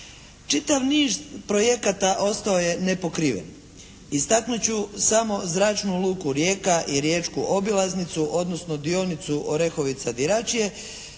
Čitav niz projekata ostao je nepokriven. Istaknut ću samo Zračnu luku “Rijeka“ i riječku obilaznicu, odnosno dionicu Orehovica - Diračije